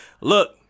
Look